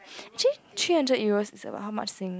actually three hundred Euros is about how much Sing